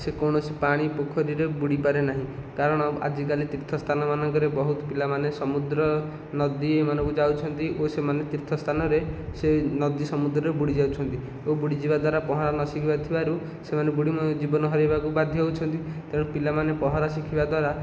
ସେ କୌଣସି ପାଣି ପୋଖରୀରେ ବୁଡ଼ିପାରେ ନାହିଁ କାରଣ ଆଜିକାଲି ତୀର୍ଥସ୍ଥାନ ମାନଙ୍କରେ ବହୁତ ପିଲାମାନେ ସମୁଦ୍ର ନଦୀ ଏମାନଙ୍କୁ ଯାଉଛନ୍ତି ଓ ସେମାନେ ସେହି ତୀର୍ଥସ୍ଥାନରେ ସେ ନଦୀ ସମୁଦ୍ରରେ ବୁଡ଼ି ଯାଉଛନ୍ତି ଓ ବୁଡ଼ିଯିବା ଦ୍ୱାରା ପହଁରା ନ ଶିଖିବା ଥିବାରୁ ସେମାନେ ବୁଡ଼ି ଜୀବନ ହାରିବାକୁ ବାଧ୍ୟ ହେଉଛନ୍ତି ତେଣୁ ପିଲାମାନେ ପହଁରା ଶିଖିବା ଦ୍ୱାରା